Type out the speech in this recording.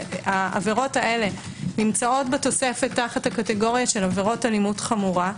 העבירות האלה נמצאות בתוספת תחת הקטגוריה של עבירות אלימות חמורה.